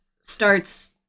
starts